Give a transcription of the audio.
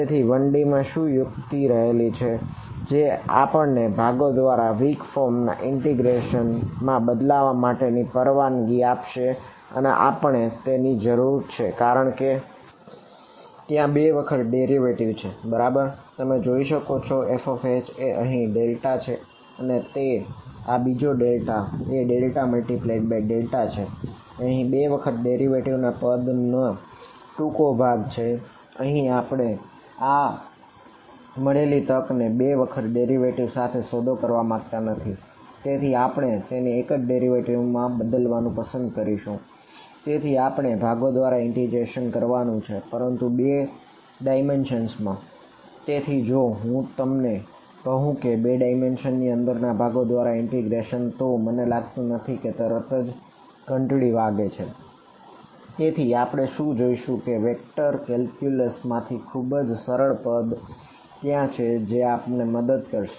તેથી 1D માં શું યુક્તિ રહેલી છે જે આપણને ભાગો દ્વારા આ વીક ફોર્મ મા બદલાવવા માટે પરવાનગી આપશે અને આપણને તેની જરૂર છે કારણ કે ત્યાં બે વખત ડેરિવરટીવ છે બરાબર તમે જોઈ શકો છો કે FH એ અહીં છે અને આ બીજો એ ∇×∇ છે અહીં તે બે વખત ડેરિવેટિવ માંથી ખુબજ સરળ પદ ત્યાં છે જે આપણને મદદ કરશે